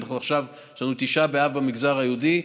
יש לנו עכשיו את תשעה באב במגזר היהודי,